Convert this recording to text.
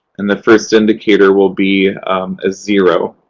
and the first indicator will be a zero.